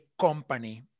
company